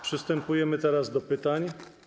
Przystępujemy teraz do pytań.